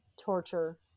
torture